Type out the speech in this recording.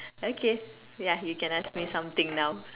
okay ya you can ask me something now